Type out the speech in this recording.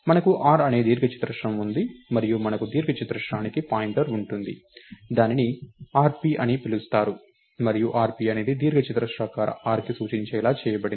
మనకు r అనే దీర్ఘచతురస్రం ఉంది మరియు మనకు దీర్ఘచతురస్రానికి పాయింటర్ ఉంటుంది దానిని rp అని పిలుస్తారు మరియు rp అనేది దీర్ఘచతురస్రాకార r కి సూచించేలా చేయబడింది